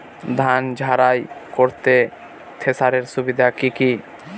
ধান ঝারাই করতে থেসারের সুবিধা কি কি?